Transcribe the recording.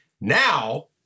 now